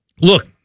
Look